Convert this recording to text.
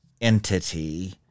entity